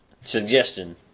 suggestion